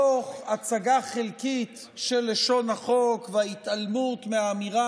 תוך הצגה חלקית של לשון החוק והתעלמות מהאמירה